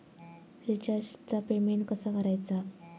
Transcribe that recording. रिचार्जचा पेमेंट कसा करायचा?